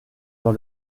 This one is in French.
dans